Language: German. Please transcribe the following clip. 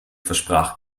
versprach